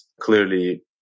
clearly